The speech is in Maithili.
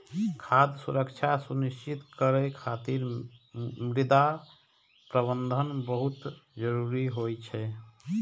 खाद्य सुरक्षा सुनिश्चित करै खातिर मृदा प्रबंधन बहुत जरूरी होइ छै